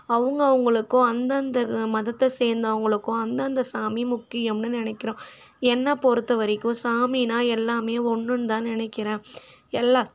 அவங்கவுங்களுக்கும் அந்தந்த மதத்தை சேந்தவங்களுக்கும் அந்தந்த சாமி முக்கியம்னு நெனைக்கிறோம் என்ன பொறுத்த வரைக்கும் சாமினா எல்லாம் ஒன்றுன்னு தான் நெனைக்கிறேன் எல்லா